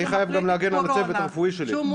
כשהוא מונשם --- ואני חייב גם להגן על הצוות הרפואי שלי.